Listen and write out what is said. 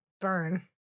burn